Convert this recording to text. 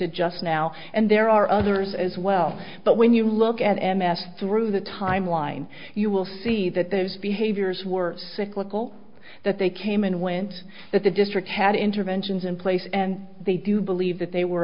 listed just now and there are others as well but when you look at m s through the timeline you will see that there's behaviors were cyclical that they came and went that the district had interventions in place and they do believe that they were